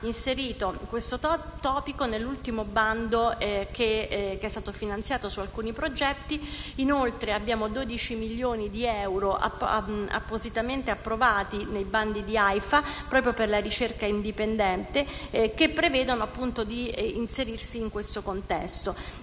inserito questo *topic* nell'ultimo bando che è stato finanziato su alcuni progetti. Inoltre, abbiamo dodici milioni di euro appositamente approvati nei bandi di AIFA, proprio per la ricerca indipendente, che prevedono di inserirsi in questo contesto.